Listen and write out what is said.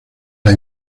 las